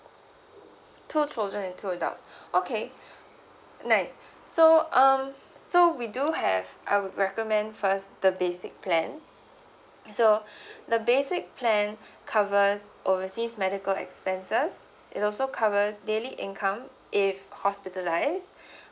two children and two adults okay nice so um so we do have I would recommend first the basic plan so the basic plan covers overseas medical expenses it also covers daily income if hospitalised